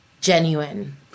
genuine